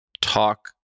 talk